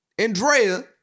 Andrea